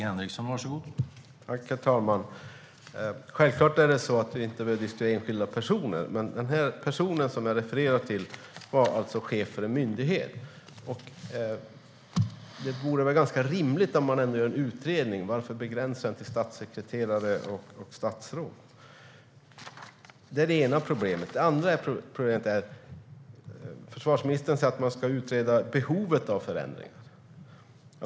Herr talman! Självklart behöver vi inte diskutera enskilda personer. Men den person som jag refererar till var chef för en myndighet. Och när man ändå gör en utredning, varför begränsa den till statssekreterare och statsråd? Det är det ena problemet. Så till det andra problemet. Försvarsministern säger att man ska utreda behovet av förändringar.